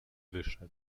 wyszedł